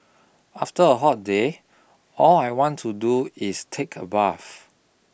after a hot day all I want to do is take a bath